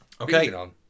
Okay